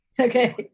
Okay